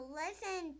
listen